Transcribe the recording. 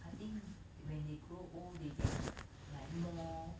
I think they when they grow old they get like more